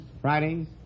Fridays